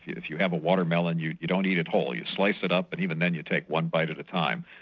if you have a watermelon, you you don't eat it whole, you slice it up and even then you take one bite at a time.